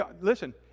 Listen